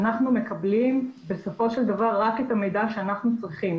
אנחנו מקבלים בסופו של דבר רק את המידע שאנחנו צריכים.